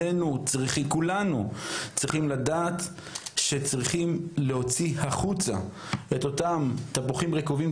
כולנו צריכים לדעת שצריכים להוציא החוצה את אותם תפוחים רקובים,